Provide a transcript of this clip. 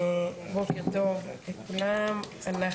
בוקר טוב לכולם,